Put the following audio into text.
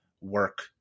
work